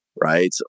right